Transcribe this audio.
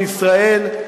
בישראל.